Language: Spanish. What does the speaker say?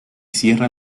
sierra